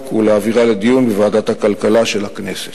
ולהעבירה לדיון בוועדת הכלכלה של הכנסת.